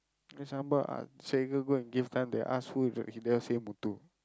and some more Sekar go and give them they ask who he they all say Muthu